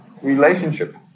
relationship